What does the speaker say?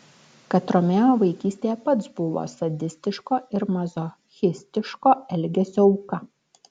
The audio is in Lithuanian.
kad romeo vaikystėje pats buvo sadistiško ir mazochistiško elgesio auka